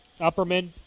Upperman